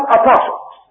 apostles